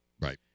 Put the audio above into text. Right